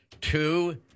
Two